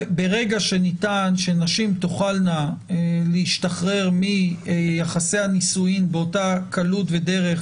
ברגע שניתן שנשים תוכלנה להשתחרר מיחסי הנישואין באותה קלות ודרך